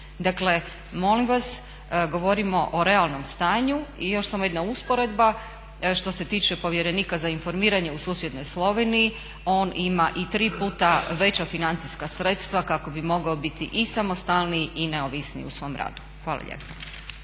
Dakle molim vas govorimo o realnom stanju. I još samo jedna usporedba, što se tiče povjerenika za informiranje u susjednoj Sloveniji, on ima i tri puta veća financijska sredstva kako bi mogao biti i samostalniji i neovisniji u svom radu. Hvala lijepa.